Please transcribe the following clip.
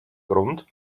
grund